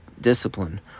discipline